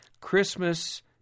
Christmas